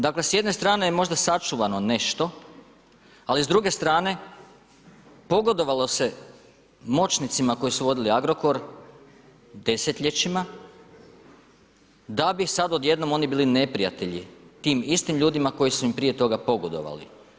Dakle, s jedne strane je možda sačuvano nešto, ali s druge strane, pogodovalo se moćnicima koji su vodili Agrokor desetljećima, da bi sada odjednom oni bili neprijatelji, tim istim ljudima koji su im prije toga pogodovali.